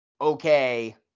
okay